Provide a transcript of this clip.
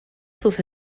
sus